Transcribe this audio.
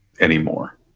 anymore